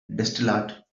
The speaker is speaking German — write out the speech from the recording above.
destillat